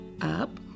up